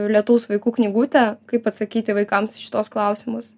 lietaus vaikų knygutė kaip atsakyti vaikams į šituos klausimus